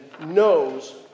knows